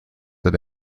each